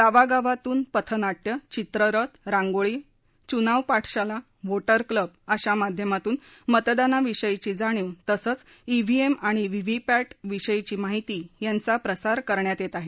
गावागावातून पथनाट्य चित्ररथ रांगोळी चुनाव पाठशाला वोटर क्लब अशा माध्यमातून मतदानाविषयीची जाणीव तसंच ड्हीएम आणि व्हीव्हीपॅट विषयीची माहिती यांचा प्रसार करण्यात येत आहे